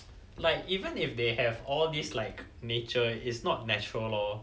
like even if they have all these like nature is not natural lor